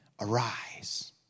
arise